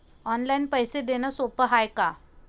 Online पैसे देण सोप हाय का?